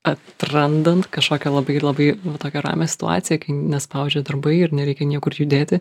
atrandant kažkokią labai labai tokią ramią situaciją kai nespaudžia darbai ir nereikia niekur judėti